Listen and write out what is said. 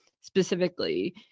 specifically